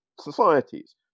societies